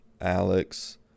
Alex